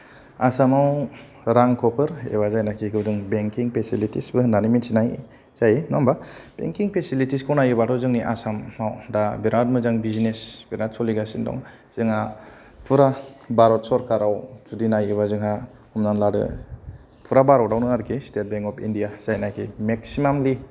आसामाव रांख'फोर एबा जायनाखि गोदान बेंकिं फेसिलिटिसबो होननाय जायो नङा होमब्ला बेंकिं फेसिलिटिसखौ नायोबाथ' जोंनि आसामाव दा बिराद मोजां बिजनेस सोलिगासिनो दं जोंहा फुरा भारत सरखाराव जुदि नायोबा जोंहा हमनानै लादो फुरा भारतावनोकि स्टेट बेंक अफ इन्डिया जाय नाकि मेक्सिमामलि